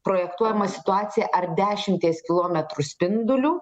projektuojama situacija ar dešimties kilometrų spinduliu